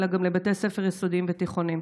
אלא גם לבתי ספר יסודיים ותיכוניים?